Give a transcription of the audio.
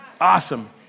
Awesome